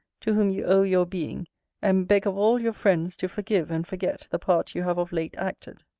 to whom you owe your being and beg of all your friends to forgive and forget the part you have of late acted.